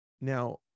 now